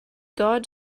god